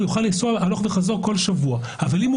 הוא יוכל לנסוע הלוך וחזור כל שבוע אבל אם הוא